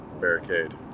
barricade